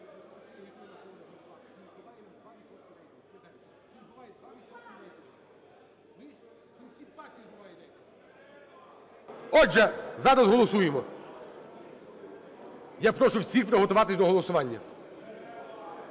Отже, зараз голосуємо. Я прошу всіх приготуватися до голосування,